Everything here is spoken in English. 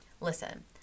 listen